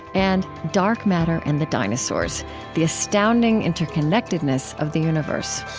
and dark matter and the dinosaurs the astounding interconnectedness of the universe